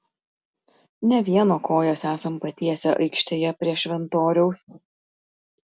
ne vieno kojas esam patiesę aikštėje prie šventoriaus